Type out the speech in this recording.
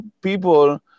people